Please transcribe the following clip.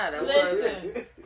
Listen